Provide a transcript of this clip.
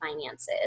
finances